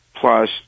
Plus